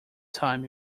time